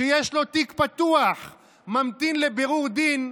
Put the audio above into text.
שיש לו תיק פתוח וממתין לבירור דין,